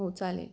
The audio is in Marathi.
हो चालेल